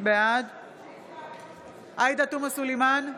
בעד עאידה תומא סלימאן,